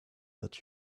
that